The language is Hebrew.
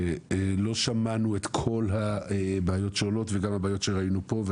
לא שמענו את כל הבעיות שעולות וגם הבעיות שראינו פה,